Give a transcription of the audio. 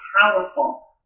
powerful